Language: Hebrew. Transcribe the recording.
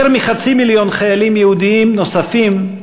יותר מחצי מיליון חיילים יהודים נוספים,